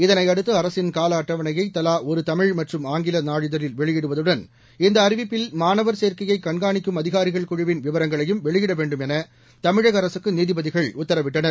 இதையடுத்து அரசின் காலஅட்டவணையை தலா ஒரு தமிழ் மற்றும் ஆங்கில நாளிதழில் வெளியிடுவதுடன் இந்த அறிவிப்பில் மாணவர் சேர்க்கையை கண்காணிக்கும் அதிகாரிகள் குழுவின் விவரங்களையும் வெளியிட வேண்டும் என தமிழக அரசுக்கு நீதிபதிகள் உத்தரவிட்டனர்